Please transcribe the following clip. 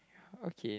okay